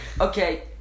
Okay